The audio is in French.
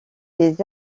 des